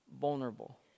vulnerable